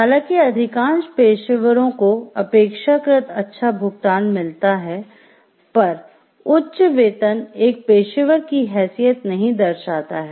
हालांकि अधिकांश पेशेवरों को अपेक्षाकृत अच्छा भुगतान मिलता हैं पर उच्च वेतन एक पेशेवर की हैसियत नहीं दर्शाता है